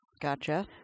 Gotcha